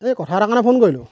এই কথা এটাৰ কাৰণে ফোন কৰিলোঁ